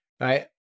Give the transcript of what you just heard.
right